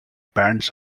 bands